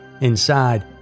Inside